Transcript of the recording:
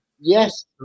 yes